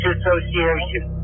Association